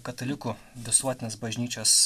katalikų visuotinės bažnyčios